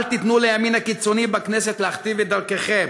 אל תיתנו לימין הקיצוני בכנסת להכתיב את דרככם,